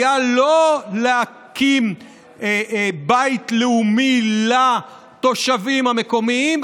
הייתה לא להקים בית לאומי לתושבים המקומיים,